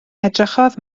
edrychodd